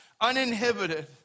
uninhibited